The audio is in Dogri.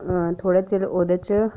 थोह्ड़ा चिर ओह्दे च